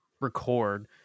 record